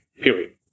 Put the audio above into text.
Period